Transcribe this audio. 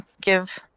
give